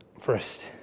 First